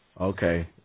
Okay